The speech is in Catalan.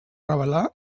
revelar